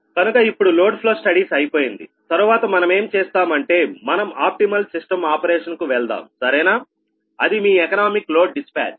కనుక ఇప్పుడు load flow studies అయిపోయింది తరువాత మనమేం చేస్తామంటే మనం ఆప్టిమల్ సిస్టం ఆపరేషన్ కు వెళ్దాం సరేనా అది మీ ఎకనామిక్ లోడ్ డిస్పాచ్